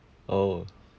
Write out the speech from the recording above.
oh